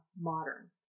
modern